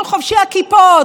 כל חובשי הכיפות,